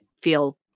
feel